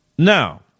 Now